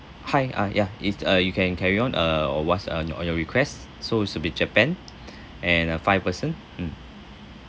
hi uh ya it's uh you can carry on uh or what's uh your on your request so it's to be japan and uh five person mm